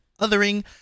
othering